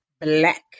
black